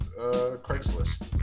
Craigslist